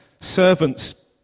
servants